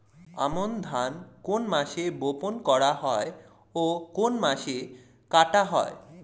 আমন ধান কোন মাসে বপন করা হয় ও কোন মাসে কাটা হয়?